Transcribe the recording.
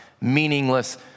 meaningless